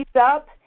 up